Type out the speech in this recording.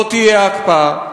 לא תהיה הקפאה.